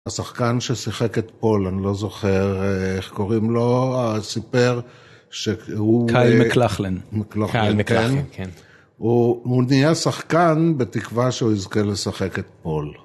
השחקן ששיחק את פול, אני לא זוכר איך קוראים לו, סיפר שהוא... קייל מקלחלן. מקלחן, כן. הוא נהיה שחקן בתקווה שהוא יזכה לשחק את פול.